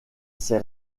ses